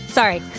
Sorry